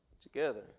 together